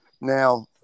now